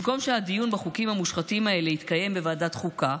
במקום שהדיון בחוקים המושחתים האלה יתקיים בוועדת החוקה,